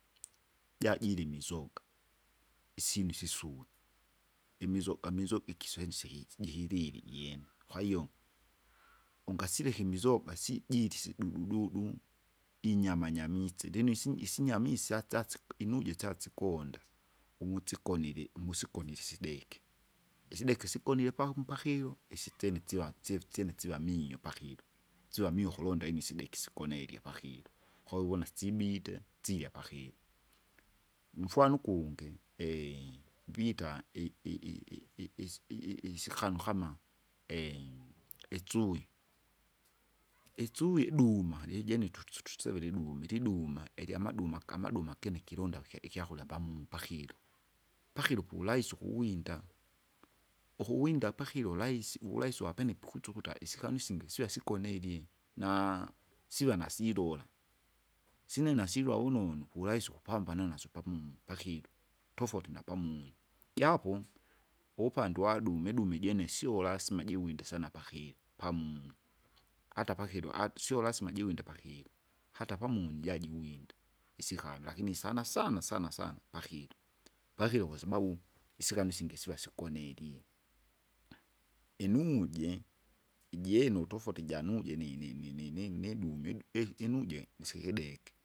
Jajili imizoga, isyinu sisule, imizoga mizoga ikiswense izijikilili jikilili ijene, kwahiyo, ungasileka imizoga sijili sidudu dudu, inyama nyamitse lilo isi- isinyama isyasa siki- inuje syasikonda, uvusikonile, uvusikoni isi- sideki. Isideke igolile pamu pakilo, isitsene siwa sefu syene siva miyo pakilo, siwa mio ukulonda inyu sideki sikonerya pakilo, kwawivona sibite, sirya pakilo. Nufwano ukungi mbita i- i- i- i- is- i- i- isikana kama itschui, itschui iduma lijene tusevere iduma, iliduma, ilyamaduma kama duma kene kilunda ikya- ikyakurya pamu pakilo. Pakilo polaisi ukuwinda, ukuwinda pakilo rahisi uvurehisi wapene pikutsukuta isikanu isingi swasikonelile, na, siva nsilola, sinena nasilywa wononu, kuvuraisi ukupambana nasyo pamunyi pakkilo, tofauti napamunyi. Japo uwupande waduma iduma ijene sio rasima jiwinde sana pakilo pamunyi, hata pakilo ati sio lasima jiwinde pakilo, hata pamunyi jajiwinda, isikala lakini sana sana sana sana pakilo. Pakilo kwaababu, isikani isingi siva sigonelile, inuje, ijene utofauti ijanuje ni- ni- ni- ni- niduma idu- ijinuje nsikideke.